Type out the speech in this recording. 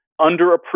underappreciated